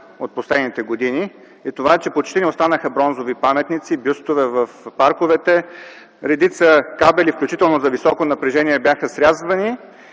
от последните години. Това е, че почти не останаха бронзови паметници, бюстове в парковете, редица кабели, включително за високо напрежение, бяха срязвани.